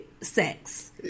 sex